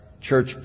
church